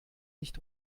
nicht